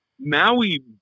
Maui